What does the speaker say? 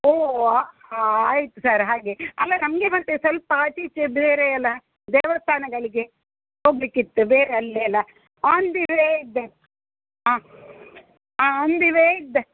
ಓ ಆಯ್ತು ಸರ್ ಹಾಗೆ ಅಲ್ಲ ನಮಗೆ ಮತ್ತು ಸ್ವಲ್ಪ ಆಚೀಚೆ ಬೇರೆ ಎಲ್ಲ ದೇವಸ್ಥಾನಗಳಿಗೆ ಹೋಗಬೇಕಿತ್ತು ಬೇರೆ ಅಲ್ಲಿ ಎಲ್ಲ ಆನ್ ದಿ ವೇ ಇದ್ದೆ ಹಾಂ ಆನ್ ದಿ ವೇ ಇದ್ದೆ